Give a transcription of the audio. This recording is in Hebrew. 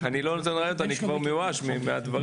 אני לא נותן רעיונות, אני כבר מיואש מהדברים.